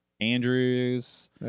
Andrews